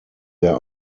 their